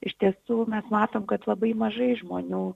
iš tiesų mes matom kad labai mažai žmonių